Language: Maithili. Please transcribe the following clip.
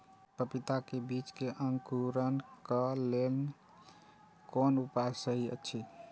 पपीता के बीज के अंकुरन क लेल कोन उपाय सहि अछि?